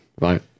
right